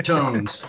Tones